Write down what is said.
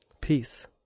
Peace